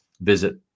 Visit